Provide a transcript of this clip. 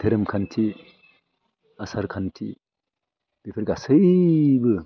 धोरोम खान्थि आसार खान्थि बेफोर गासैबो